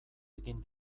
egin